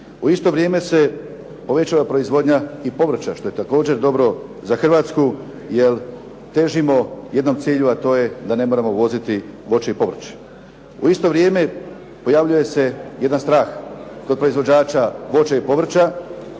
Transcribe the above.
U isto vrijeme se povećala proizvodnja i povrća što je također dobro za Hrvatsku, jer težimo jednom cilju a to je da ne moramo uvoziti voće i povrće. U isto vrijeme pojavljuje se jedan strah kod proizvođača voća i povrća,